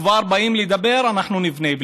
כבר באים לדבר: אנחנו נבנה.